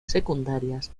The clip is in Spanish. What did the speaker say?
secundarias